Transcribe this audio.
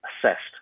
assessed